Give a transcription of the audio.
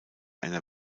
einer